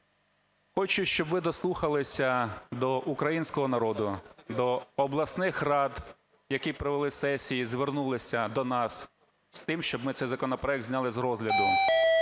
Хочу, щоб ви дослухалися до українського народу, до обласних рад, які провели сесії, звернулися до нас з тим, щоб ми цей законопроект зняли з розгляду,